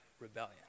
rebellion